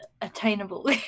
attainable